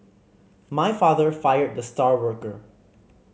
my father fired the star worker